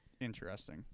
interesting